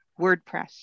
WordPress